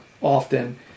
often